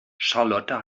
charlotte